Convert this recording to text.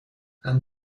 and